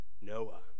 Noah